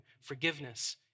Forgiveness